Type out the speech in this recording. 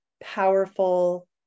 powerful